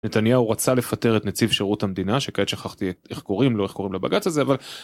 נתניהו רצה לפטר את נציב שירות המדינה, שכעת שכחתי איך קוראים לו, איך קוראים לבג״ץ הזה, אבל...